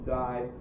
die